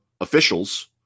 officials